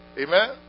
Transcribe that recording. Amen